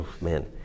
man